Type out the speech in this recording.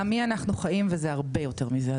בעמי אנחנו חיים וזה הרבה יותר מזה אדוני.